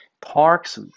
parks